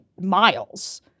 miles